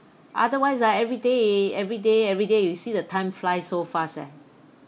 otherwise ah everyday everyday everyday you see the time fly so fast eh